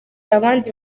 abandi